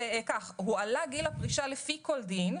"הועלה גיל הפרישה לפי כל דין",